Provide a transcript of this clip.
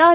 R